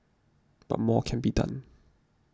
but more can be done